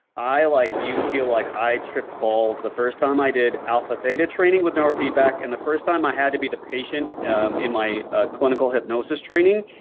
i like you feel like i tripped balls the first time i did alpha theta training with neurofeedback and the first time i had to be the patient in my ah clinical hypnosis training.